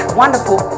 wonderful